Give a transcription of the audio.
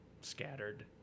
scattered